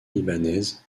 libanaise